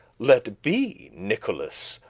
let be, nicholas,